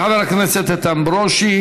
תודה לחבר הכנסת איתן ברושי.